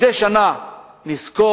מדי שנה נזכור